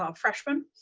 um freshmen,